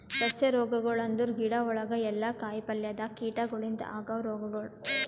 ಸಸ್ಯ ರೋಗಗೊಳ್ ಅಂದುರ್ ಗಿಡ ಒಳಗ ಇಲ್ಲಾ ಕಾಯಿ ಪಲ್ಯದಾಗ್ ಕೀಟಗೊಳಿಂದ್ ಆಗವ್ ರೋಗಗೊಳ್